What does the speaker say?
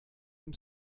dem